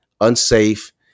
unsafe